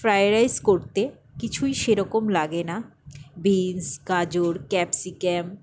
fried rice করতে কিছুই সেরকম লাগে না বিনস গাজর ক্যাপসিক্যাম